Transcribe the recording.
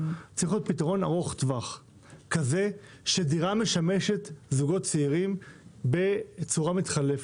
צריך להיות פתרון ארוך טווח כזה שדירה משמשת זוגות צעירים בצורה מתחלפת.